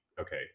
okay